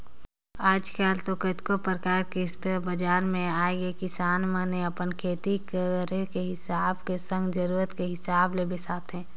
आजकल तो कतको परकार के इस्पेयर बजार म आगेहे किसान मन ह अपन खेती करे के हिसाब के संग जरुरत के हिसाब ले बिसाथे